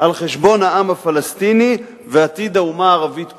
על חשבון העם הפלסטיני ועתיד האומה הערבית כולה".